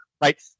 right